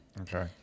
Okay